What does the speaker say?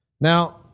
Now